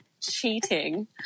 cheating